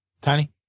Tiny